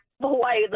Hawaii